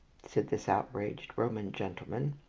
said this outraged roman gentleman,